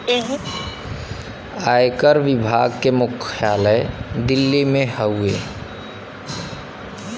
आयकर विभाग के मुख्यालय दिल्ली में हउवे